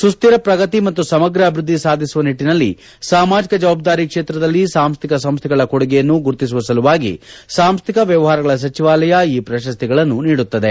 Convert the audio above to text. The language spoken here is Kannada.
ಸುಷ್ಲಿರ ಪ್ರಗತಿ ಮತ್ತು ಸಮಗ್ರ ಅಭಿವೃದ್ಧಿ ಸಾಧಿಸುವ ನಿಟ್ಟನಲ್ಲಿ ಸಾಮಾಜಕ ಜವಾಬ್ದಾರಿ ಕ್ಷೇತ್ರದಲ್ಲಿ ಸಾಂಹಿಕ ಸಂಸ್ಥೆಗಳ ಕೊಡುಗೆಯನ್ನು ಗುರುತಿಸುವ ಸಲುವಾಗಿ ಸಾಂಹಿಕ ವ್ಯವಹಾರಗಳ ಸಚಿವಾಲಯ ಈ ಪ್ರಶಸ್ತಿಗಳನ್ನು ನೀಡುತ್ತದೆ